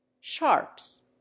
Sharps